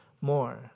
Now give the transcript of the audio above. more